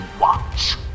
watch